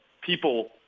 people –